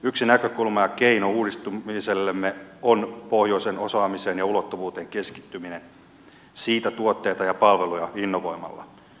yksi näkökulma ja keino uudistumisellemme on pohjoiseen osaamiseen ja ulottuvuuteen keskittyminen siitä tuotteita ja palveluja innovoimalla